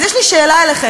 אז יש לי שאלה אליכם: